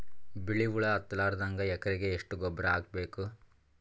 ಬಿಳಿ ಹುಳ ಹತ್ತಲಾರದಂಗ ಎಕರೆಗೆ ಎಷ್ಟು ಗೊಬ್ಬರ ಹಾಕ್ ಬೇಕು?